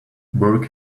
work